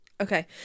Okay